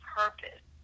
purpose